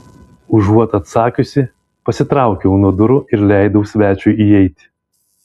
užuot atsakiusi pasitraukiau nuo durų ir leidau svečiui įeiti